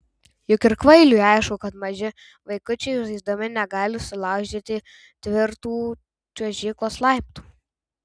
juk ir kvailiui aišku kad maži vaikučiai žaisdami negali sulaužyti tvirtų čiuožyklos laiptų